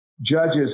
judges